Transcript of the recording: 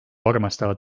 armastavad